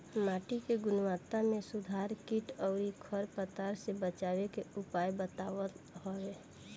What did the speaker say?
माटी के गुणवत्ता में सुधार कीट अउरी खर पतवार से बचावे के उपाय बतावत हवे